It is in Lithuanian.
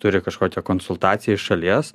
turi kažkokią konsultaciją iš šalies